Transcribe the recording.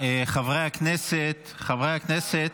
חברי הכנסת,